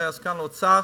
שהיה סגן שר האוצר,